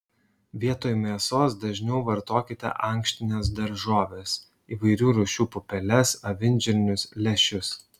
vietoj mėsos dažniau vartokite ankštines daržoves įvairių rūšių pupeles avinžirnius lęšius